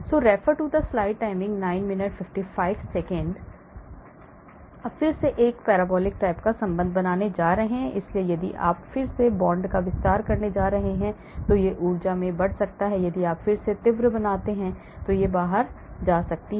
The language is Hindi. E ∑ kθ θ θo2 Angles अब फिर से आप एक parabolic type का संबंध बनाने जा रहे हैं इसलिए यदि आप फिर से bond का विस्तार करते हैं तो यह ऊर्जा में बढ़ सकता है यदि आप इसे फिर से तीव्र बनाते हैं तो ऊर्जा बाहर जा सकती है